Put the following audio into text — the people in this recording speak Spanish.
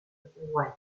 kuwait